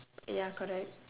ya correct